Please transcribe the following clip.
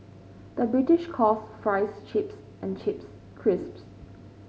the British calls fries chips and chips crisps